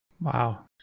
Wow